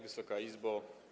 Wysoka Izbo!